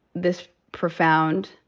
this profound.